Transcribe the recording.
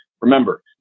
remember